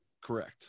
Correct